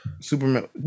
Superman